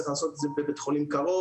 צריך לעשות את זה בבית חולים קרוב.